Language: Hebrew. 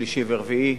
שלישי ורביעי,